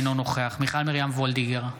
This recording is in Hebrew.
אינו נוכח מיכל מרים וולדיגר,